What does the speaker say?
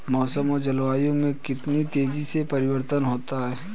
मौसम और जलवायु में कितनी तेजी से परिवर्तन होता है?